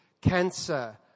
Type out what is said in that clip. cancer